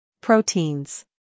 Proteins